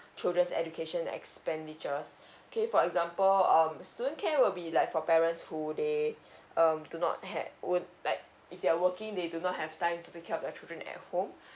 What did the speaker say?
children's education expenditures okay for example um student care will be like for parents who they um do not ha~ would like if they're working they do not have time to take care of their children at home